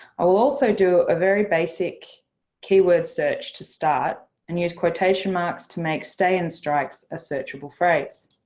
i will also do a very basic keyword search to start and use quotation marks to make stay-in strikes a searchable phrase.